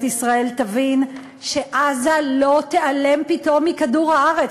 ישראל תבין שעזה לא תיעלם פתאום מכדור-הארץ,